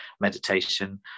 Meditation